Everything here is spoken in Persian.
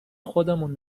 خودمون